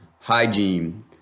hygiene